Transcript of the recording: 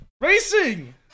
Racing